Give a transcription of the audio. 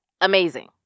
amazing